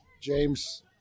James